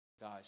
Guys